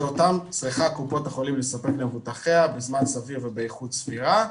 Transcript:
שאותם צריכה קופת החולים לספק למבוטחיה בזמן סביר ובאיכות סבירה,